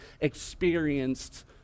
experienced